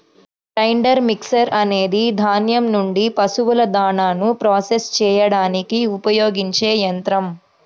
grinder mixer అనేది ధాన్యం నుండి పశువుల దాణాను ప్రాసెస్ చేయడానికి ఉపయోగించే యంత్రం